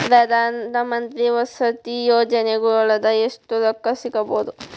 ಪ್ರಧಾನಮಂತ್ರಿ ವಸತಿ ಯೋಜನಿಯೊಳಗ ಎಷ್ಟು ರೊಕ್ಕ ಸಿಗಬೊದು?